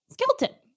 Skeleton